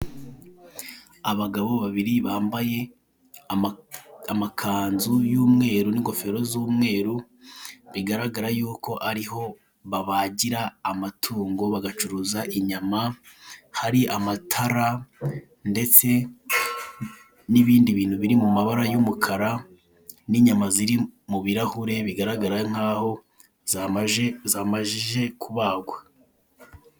Abagabo babiri bambaye amakanzu y'umweru n'ingofero z'umweru, bigaragara y'uko ariho babagira amatungo, bagacuruza inyama. Hari amatara ndetse n'ibindi bintu biri mu mabara y'umukara n'inyama ziri mu birahure bigaragara nkaho zamajije kubagwa.